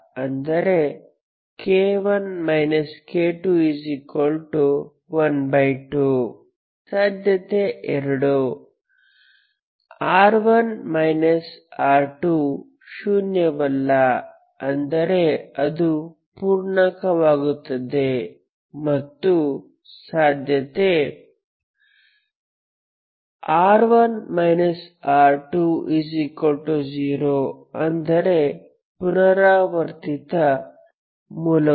ಅಂದರೆ k1 k212 ಸಾಧ್ಯತೆ 2 ಶೂನ್ಯವಲ್ಲ ಅಂದರೆ ಅದು ಪೂರ್ಣಾಂಕವಾಗುತ್ತದೆ ಮತ್ತು ಸಾಧ್ಯತೆ 3 0 ಅಂದರೆ ಪುನರಾವರ್ತಿತ ಮೂಲಗಳು